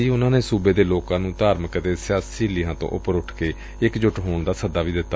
ਉਨੁਾਂ ਨੇ ਸੁਬੇ ਦੇ ਲੋਕਾਂ ਨੂੰ ਧਾਰਮਿਕ ਅਤੇ ਸਿਆਸੀ ਲੀਹਾਂ ਤੋਂ ਉਪਰ ਉੱਠ ਕੇ ਇਕਜੁੱਟ ਹੋਣ ਦਾ ਸੱਦਾ ਦਿੱਤਾ